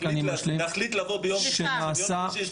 אבל להחליט לבוא ביום שני כשביום שלישי יש